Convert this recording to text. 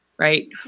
Right